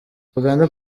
uganda